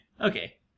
Okay